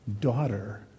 daughter